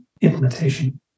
implementation